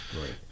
right